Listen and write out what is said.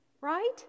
right